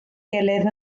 gilydd